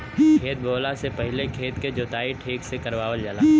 खेत बोवला से पहिले खेत के जोताई ठीक से करावल जाला